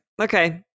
okay